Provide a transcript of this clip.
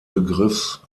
begriffs